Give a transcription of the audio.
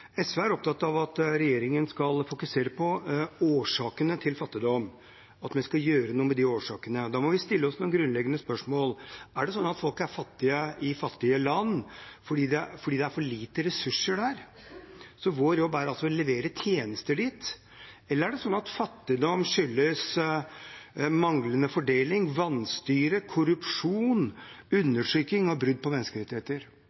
SV er opptatt av at regjeringen skal fokusere på årsakene til fattigdom, og at vi skal gjøre noe med årsakene. Da må vi stille oss noen grunnleggende spørsmål: Er folk fattige i fattige land fordi det er for lite ressurser der, slik at vår jobb blir å levere tjenester dit? Eller skyldes fattigdom manglende fordeling, vanstyre, korrupsjon, undertrykking og brudd på menneskerettigheter? I all hovedsak mener jeg at det er det